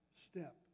step